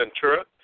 Ventura